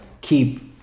keep